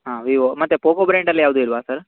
ಹಾಂ ವಿವೊ ಮತ್ತೆ ಪೋಕೋ ಬ್ರ್ಯಾಂಡಲ್ಲಿ ಯಾವುದು ಇಲ್ಲವಾ ಸರ್